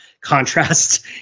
contrast